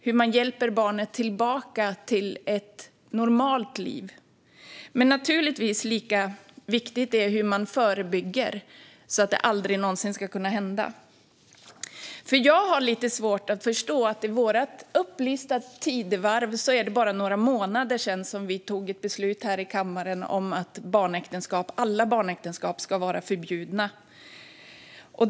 Hur hjälper man barnet tillbaka till ett normalt liv? Men det är naturligtvis lika viktigt hur man förebygger så att det aldrig någonsin ska kunna hända. Jag har lite svårt att förstå att det i vårt upplysta tidevarv bara är några månader sedan vi fattade ett beslut här i kammaren om att alla barnäktenskap ska vara förbjudna.